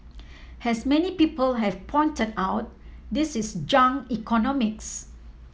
as many people have pointed out this is junk economics